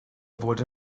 fod